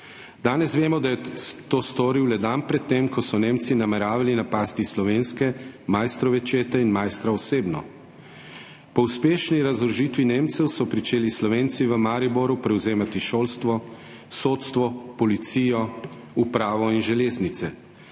Danes vemo, da je to storil le dan pred tem, ko so Nemci nameravali napasti slovenske Maistrove čete in Maistra osebno. Po uspešni razorožitvi Nemcev so pričeli Slovenci v Mariboru prevzemati šolstvo, sodstvo, policijo, upravo in železnice.